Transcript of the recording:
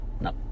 No